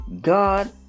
God